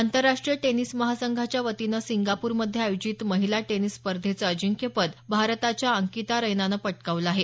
आंतरराष्ट्रीय टेनिस महासंघाच्या वतीनं सिंगापूरमध्ये आयोजित महिला टेनिस स्पर्धेचं अजिंक्यपद भारताच्या अंकिता रैनानं पटकावलं आहे